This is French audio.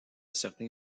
certain